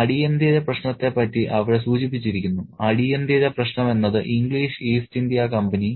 അടിയന്തിര പ്രശ്നത്തെ പറ്റി അവിടെ സൂചിപ്പിച്ചിരിക്കുന്നു അടിയന്തിര പ്രശ്നം എന്നത് ഇംഗ്ലീഷ് ഈസ്റ്റ് ഇന്ത്യാ കമ്പനി